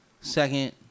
Second